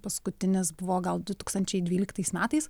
paskutinis buvo gal du tūkstančiai dvyliktais metais